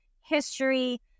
history